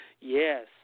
Yes